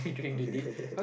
okay ppl